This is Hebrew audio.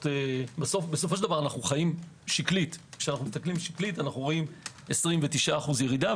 בסופו של דבר אנו חיים שקלית ורואים 29% ירידה.